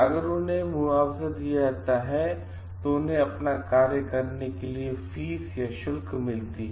अगर उन्हें मुआवजा दिया जाता है तो उन्हें अपना कार्य करने के लिए फीस शुल्क मिलती है